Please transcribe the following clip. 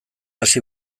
hasi